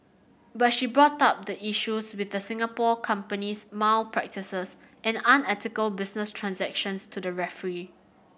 but she brought up the issues with the Singapore company's malpractices and unethical business transactions to the referee